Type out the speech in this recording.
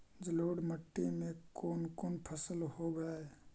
जलोढ़ मट्टी में कोन कोन फसल होब है?